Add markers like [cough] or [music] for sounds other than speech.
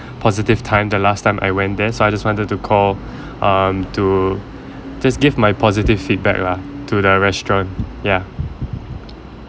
positive time the last time I went there so I just wanted to call [breath] um to just give my positive feedback lah to the restaurant ya